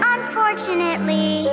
Unfortunately